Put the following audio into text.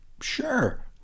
Sure